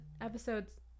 episodes